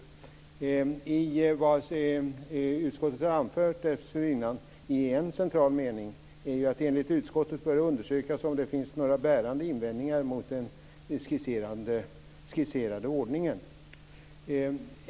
Det som utskottet har anfört i en central mening dessförinnan är att det enligt utskottet bör undersökas om det finns några bärande invändningar mot den skisserande ordningen.